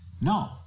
no